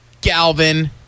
Galvin